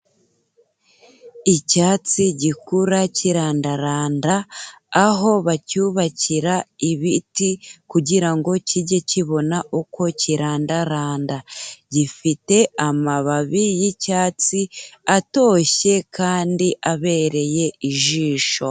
Icyatsi gikura kirandaranda, aho bacyubakira ibiti, kugira ngo kijye kibona uko kirandaranda. Gifite amababi y'icyatsi, atoshye kandi abereye ijisho.